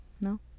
No